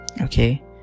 okay